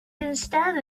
instead